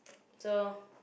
so